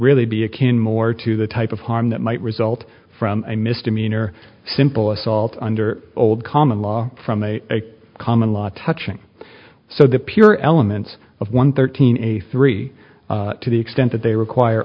really be akin more to the type of harm that might result from a misdemeanor simple assault under old common law from a common law touching so the pure elements of one thirteen a three to the extent that they require